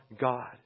God